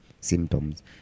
symptoms